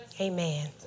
Amen